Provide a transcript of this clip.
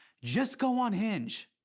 just go on hinge.